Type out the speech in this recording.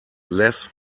less